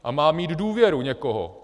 A má mít důvěru někoho.